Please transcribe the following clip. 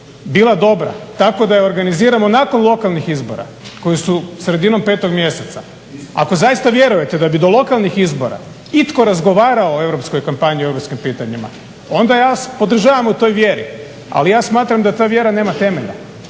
bila dobra tako da je organiziramo nakon lokalnih izbora koji su sredinom 5 mjeseca. Ako zaista vjerujete da bi do lokalnih izbora itko razgovarao o europskoj kampanji, europskim pitanjima, onda ja vas podržavam u toj vjeri. Ali ja smatram da ta vjera nema temelja,